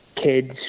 kids